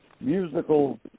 musical